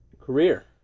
career